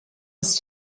was